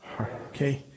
Okay